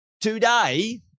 today